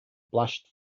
blushed